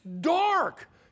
dark